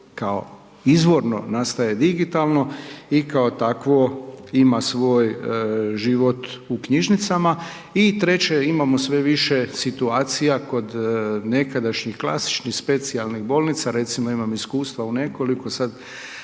kao izvorno nastaje digitalno i kao takvo ima svoj život u knjižnicama i treće, imamo sve više situacija kod nekadašnjih klasičnih specijlnih bolnica recimo, ja imam iskustva u nekoliko, sad